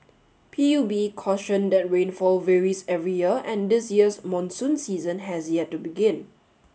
P U B cautioned that rainfall varies every year and this year's monsoon season has yet to begin